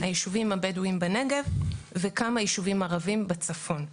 הישובים הבדואים בנגב וכמה ישובים ערבים בצפון.